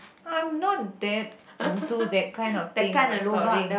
I'm not that into that kind of thing ah sorry